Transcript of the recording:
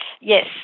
Yes